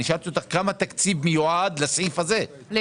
שאלתי כמה תקציב יועד לתקציב הזה, של